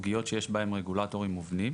בסוגיות שיש בהן רגולטורים מובנים.